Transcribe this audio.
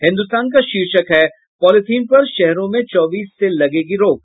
हिन्दुस्तान का शीर्षक है पॉलीथिन पर शहरों में चौबीस से लगेगी रोक